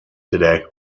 today